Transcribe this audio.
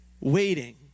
Waiting